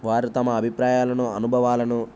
వారు తమ అభిప్రాయాలను అనుభవాలను